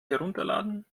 herunterladen